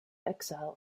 exile